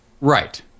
right